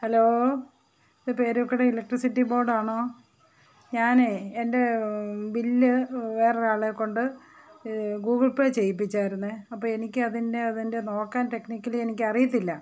hello ഇതു Peroorkada electricity ബോഡാണോ ഞാനെ എന്റെ ബില്ല് വേറൊരാളെ കൊണ്ട് ഗൂഗിള് പേ ചെയ്യിപ്പിച്ചായിരുന്നെ അപ്പോൾ എനിക്കതിന്റെ അതിന്റെ നോക്കാന് ടെക്നിക്കലി എനിക്കറിയത്തില്ല